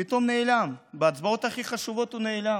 פתאום נעלם, בהצבעות הכי חשובות הוא נעלם.